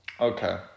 Okay